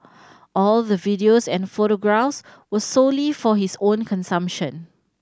all the videos and photographs were solely for his own consumption